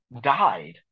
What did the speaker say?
died